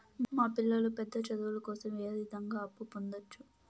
మా పిల్లలు పెద్ద చదువులు కోసం ఏ విధంగా అప్పు పొందొచ్చు?